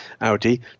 Audi